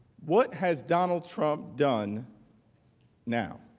what has donald trump done now?